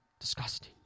disgusting